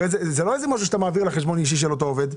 זה לא משהו שאתה מעביר לחשבון האישי של אותו עובד.